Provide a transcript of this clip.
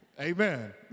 Amen